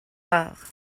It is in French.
rares